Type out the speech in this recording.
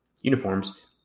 uniforms